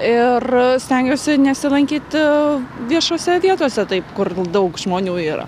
ir stengiuosi nesilankyti viešose vietose taip kur daug žmonių yra